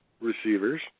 receivers